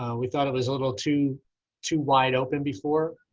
we thought it was a little too too wide open before.